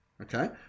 okay